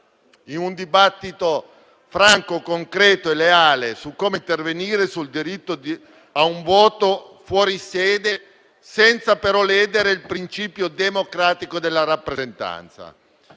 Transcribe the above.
un dibattito franco, concreto e leale su come intervenire sul diritto di voto per i fuorisede, senza però ledere il principio democratico della rappresentanza.